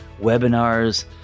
webinars